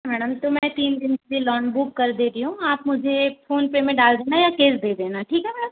madam तो मैं तीन दिन के लिए लॉन बुक कर दे रही हूँ आप मुझे फोनपे में डाल देना या कैश भेज देना ठीक है मैडम